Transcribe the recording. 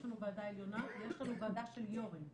יש לנו ועדה עליונה, יש לנו ועדה של יו"רים.